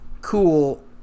cool